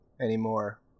anymore